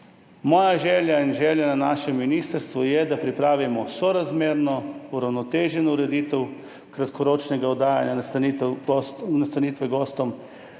Moja želja in želja na našem ministrstvu je, da pripravimo sorazmerno, uravnoteženo ureditev kratkoročnega oddajanja nastanitve gostom,